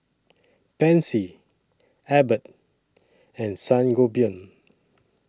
Pansy Abbott and Sangobion